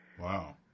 Wow